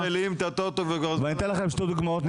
אני אתן לכם שתי דוגמאות.